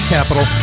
Capital